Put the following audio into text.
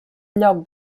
lloc